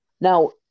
Now